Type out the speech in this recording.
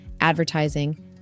advertising